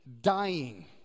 dying